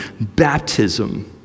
baptism